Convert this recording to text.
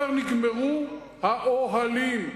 אמרו: נגמרו האוהלים.